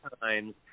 times